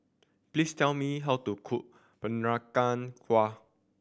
please tell me how to cook Peranakan Kueh